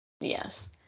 Yes